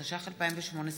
התשע"ח 2018,